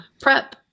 PrEP